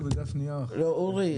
אורי,